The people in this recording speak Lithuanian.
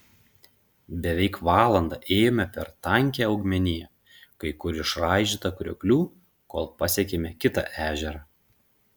beveik valandą ėjome per tankią augmeniją kai kur išraižytą krioklių kol pasiekėme kitą ežerą